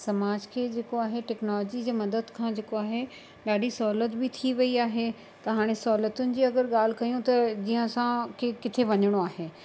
समाज खे जेको आहे टेक्नोलॉजी जी मदद खां जेको आहे ॾाढी सहुलत बि थी वई आहे त हाणे सहुलतुनि जी अगरि ॻाल्हि कयूं त जीअं असांखे किथे वञिणो आहे